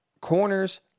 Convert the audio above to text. corners